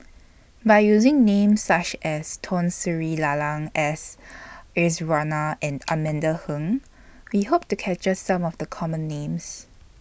By using Names such as Tun Sri Lanang S Iswaran and Amanda Heng We Hope to capture Some of The Common Names